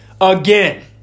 Again